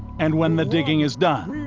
and when the digging is done,